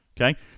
okay